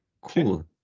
Cool